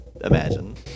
imagine